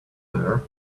there